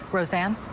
rosanne.